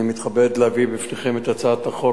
אני מתכבד להביא בפניכם את הצעת חוק